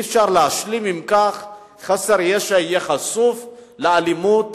אי-אפשר להשלים עם כך שחסר ישע יהיה חשוף לאלימות